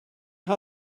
how